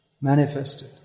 manifested